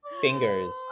fingers